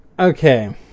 Okay